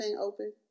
open